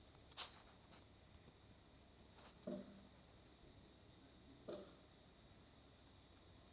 भारत कर बित्त मंतरी हर ढेरे अकन बेंक ल बिले कइर देहिस